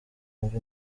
wumve